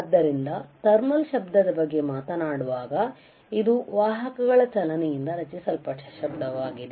ಆದ್ದರಿಂದ ಥರ್ಮಲ್ ಶಬ್ದದ ಬಗ್ಗೆ ಮಾತನಾಡುವಾಗ ಇದು ವಾಹಕಗಳ ಚಲನೆಯಿಂದ ರಚಿಸಲ್ಪಟ್ಟ ಶಬ್ದವಾಗಿದೆ